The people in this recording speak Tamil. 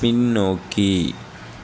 பின்னோக்கி